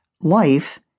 life